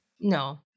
No